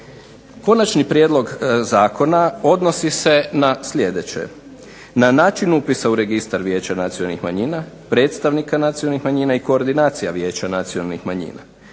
Konačni prijedlog zakona odnosi se na sljedeće, na način upisa u registar Vijeća nacionalnih manjina, predstavnika nacionalnih manjina i koordinacija Vijeća nacionalnih manjina,